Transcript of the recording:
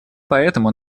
поэтому